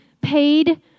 paid